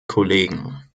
kollegen